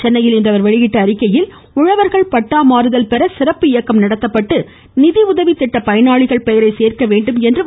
சென்னையில் இன்று அவர் வெளியிட்டுள்ள அறிக்கையில் உழவர்கள் பட்டா மாறுதல் பெற சிறப்பு இயக்கம் நடத்தப்பட்டு நிதியுதவி திட்ட பயனாளிகள் பெயரை சேர்க்க வேண்டும் என வலியுறுத்தியுள்ளார்